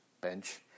bench